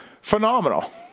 phenomenal